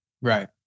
Right